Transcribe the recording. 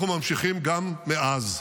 אנחנו ממשיכים גם מאז.